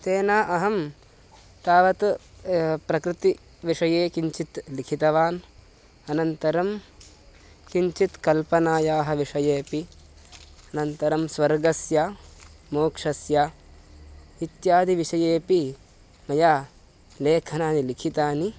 तेन अहं तावत् प्रकृतिविषये किञ्चित् लिखितवान् अनन्तरं किञ्चित् कल्पनायाः विषयेपि अनन्तरं स्वर्गस्य मोक्षस्य इत्यादि विषयेऽपि मया लेखनानि लिखितानि